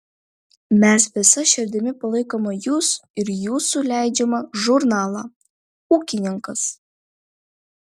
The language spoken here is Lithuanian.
mes visa širdimi palaikome jus ir jūsų leidžiamą žurnalą ūkininkas